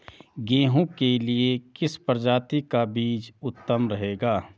गेहूँ के लिए किस प्रजाति का बीज उत्तम रहेगा?